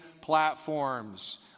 platforms